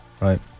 right